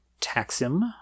Taxim